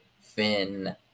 Finn